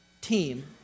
team